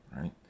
right